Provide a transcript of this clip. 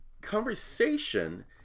conversation